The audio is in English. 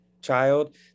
child